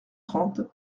trente